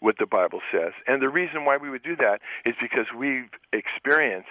what the bible says and the reason why we would do that it's because we experience